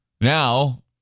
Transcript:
Now